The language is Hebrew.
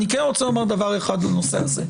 אני כן רוצה לומר דבר אחד לנושא הזה.